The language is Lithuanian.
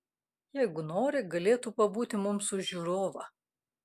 jeigu nori galėtų pabūti mums už žiūrovą